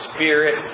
Spirit